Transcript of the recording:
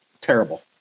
Terrible